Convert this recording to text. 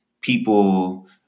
people